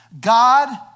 God